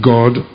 God